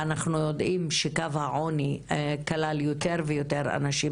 ואנחנו יודעים שקו העוני כלל יותר ויותר אנשים